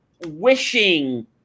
wishing